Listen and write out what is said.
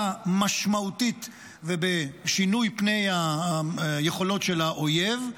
משמעותית ובשינוי פני היכולות של האויב,